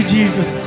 Jesus